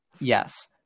Yes